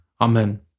Amen